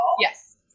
Yes